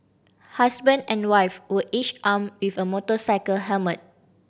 husband and wife were each armed with a motorcycle helmet